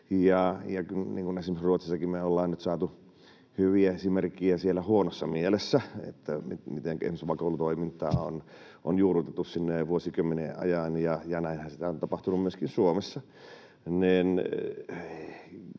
Esimerkiksi Ruotsistakin ollaan nyt saatu hyviä esimerkkejä huonossa mielessä, mitenkä esimerkiksi vakoilutoimintaa on juurrutettu sinne jo vuosikymmenien ajan, ja näinhän sitä on tapahtunut myöskin Suomessa.